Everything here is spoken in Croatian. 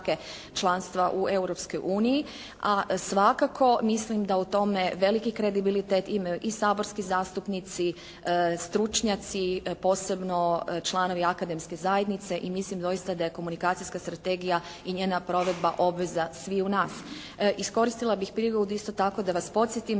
Europskoj uniji, a svakako mislim da u tome veliki kredibilitet imaju i saborski zastupnici, stručnjaci, posebno članovi akademske zajednice i mislim doista da je komunikacijska strategija i njena provedba obveza sviju nas. Iskoristila bih prigodu isto tako da vas podsjetim